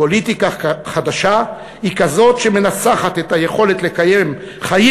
פוליטיקה חדשה היא כזאת שמנסחת את היכולת לקיים חיים